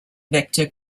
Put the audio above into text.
vector